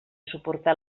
suportar